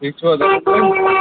ٹھیٖک چھِو حظ اصٕل